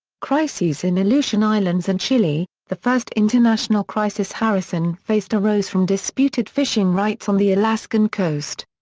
crises in aleutian islands and chile the first international crisis harrison faced arose from disputed fishing rights on the alaskan coast.